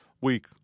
week